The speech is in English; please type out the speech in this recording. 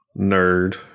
Nerd